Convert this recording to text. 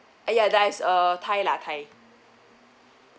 ya that's uh thigh lah thigh